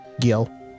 Gil